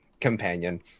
companion